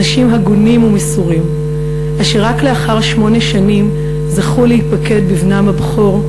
אנשים הגונים ומסורים אשר רק לאחר שמונה שנים זכו להיפקד בבנם הבכור,